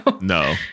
no